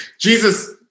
jesus